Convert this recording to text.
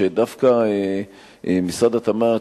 שדווקא משרד התמ"ת,